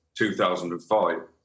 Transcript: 2005